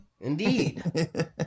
Indeed